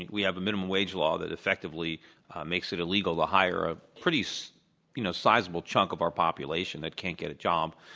we have a minimum wage law that effectively makes it illegal to hire a pretty so you know sizable chunk of our population that can't get a job.